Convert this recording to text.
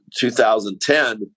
2010